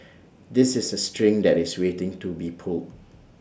this is A string that is waiting to be pulled